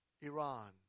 Iran